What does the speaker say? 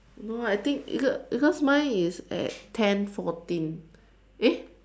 no I think because because mine is at ten fourteen eh